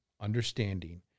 understanding